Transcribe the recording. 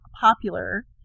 popular